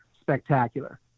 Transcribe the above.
spectacular